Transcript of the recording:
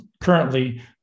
currently